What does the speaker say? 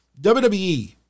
WWE